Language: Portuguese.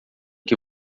que